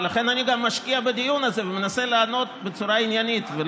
ולכן אני גם משקיע בדיון הזה ומנסה לענות בצורה עניינית.